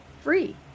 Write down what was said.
free